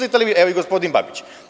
Evo, i gospodin Babić.